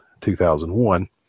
2001